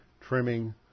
trimming